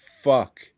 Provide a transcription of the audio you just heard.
fuck